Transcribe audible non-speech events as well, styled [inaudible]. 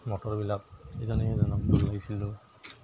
মটৰবিলাক ইজনে সিজনক [unintelligible]